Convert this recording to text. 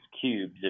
cubes